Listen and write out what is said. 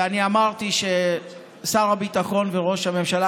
ואני אמרתי ששר הביטחון וראש הממשלה